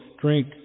drink